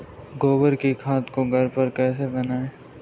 गोबर की खाद को घर पर कैसे बनाएँ?